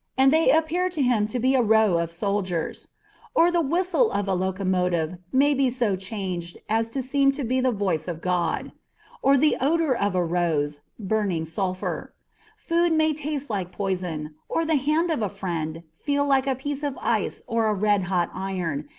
and they appear to him to be a row of soldiers or the whistle of a locomotive may be so changed as to seem to be the voice of god or the odor of a rose, burning sulphur food may taste like poison, or the hand of a friend feel like a piece of ice or a red-hot iron,